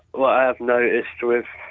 um ah have noticed with